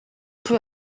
peu